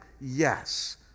yes